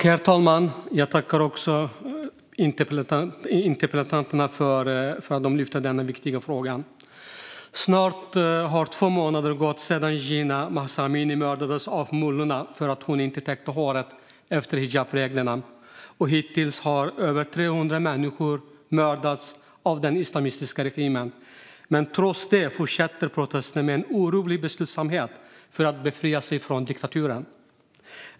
Herr talman! Jag tackar interpellanterna för att de har lyft upp denna viktiga fråga. Snart har två månader gått sedan Jina Mahsa Amini mördades av mullorna för att hon inte täckte håret enligt hijabreglerna. Hittills har över 300 människor mördats av den islamistiska regimen. Men trots det fortsätter protesterna med en orubblig beslutsamhet för att befria sig från diktaturen.